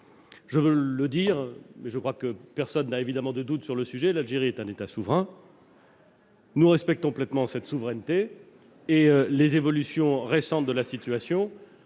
Je veux le dire, même si personne n'a de doute sur le sujet, l'Algérie est un État souverain, et nous respectons totalement cette souveraineté. Les évolutions récentes de la situation